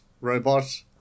robot